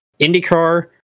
IndyCar